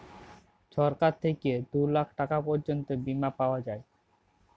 ছরকার থ্যাইকে দু লাখ টাকা পর্যল্ত বীমা পাউয়া যায়